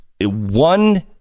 one